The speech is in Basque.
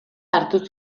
hartu